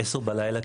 בשעה 22:00 בלילה,